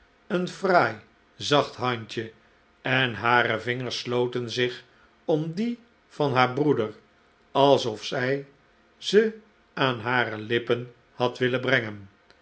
een fraai zacht handje en hare vingers sloten zich om die van haar broeder alsof zij ze aan hare lippen had willen brengen